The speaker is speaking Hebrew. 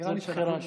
זאת בחירה שלך.